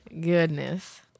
goodness